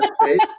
face